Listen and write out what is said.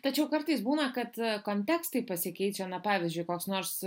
tačiau kartais būna kad kontekstai pasikeičia na pavyzdžiui koks nors